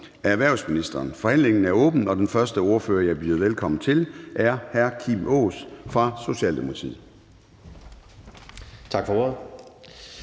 (Søren Gade): Forhandlingen er åbnet, og den første ordfører, jeg byder velkommen til, er hr. Kim Aas fra Socialdemokratiet.